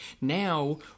Now